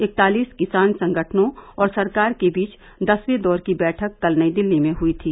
इकतालीस किसान संगठनों और सरकार के बीच दसवें दौर की बैठक कल नई दिल्ली में हई थी